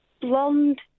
Blonde